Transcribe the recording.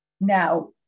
Now